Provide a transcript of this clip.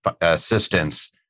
assistance